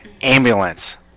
ambulance